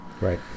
Right